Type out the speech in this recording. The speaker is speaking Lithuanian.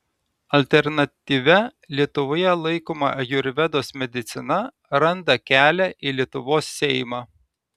alternatyvia lietuvoje laikoma ajurvedos medicina randa kelią į lietuvos seimą